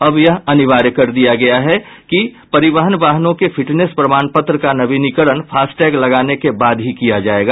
अब यह अनिवार्य कर दिया गया है कि परिवहन वाहनों के फिटनेस प्रमाणपत्र का नवीनीकरण फास्टैग लगाने के बाद ही किया जाएगा